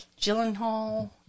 Gyllenhaal